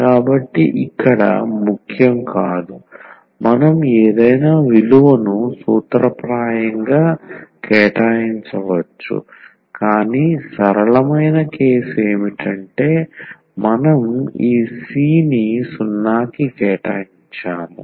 కాబట్టి ఇక్కడ ముఖ్యం కాదు మనం ఏదైనా విలువను సూత్రప్రాయంగా కేటాయించవచ్చు కానీ సరళమైన కేసు ఏమిటంటే మనం ఈ C ని 0 కి కేటాయించాము